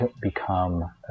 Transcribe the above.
become